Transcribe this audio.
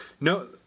no